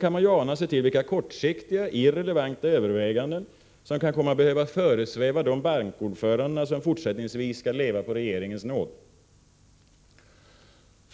kan man ana sig till vilka kortsiktiga, irrelevanta överväganden som kan komma att behöva föresväva de bankordförande som fortsättningsvis skall leva på regeringens nåd.